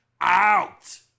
out